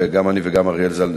גם אני וגם אריאל ז"ל,